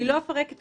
לא ביקשתי את